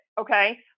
okay